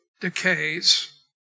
decays